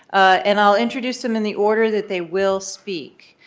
and i'll introduce them in the order that they will speak.